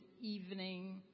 evening